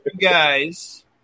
guys